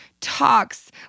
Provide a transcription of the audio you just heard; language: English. talks